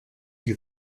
you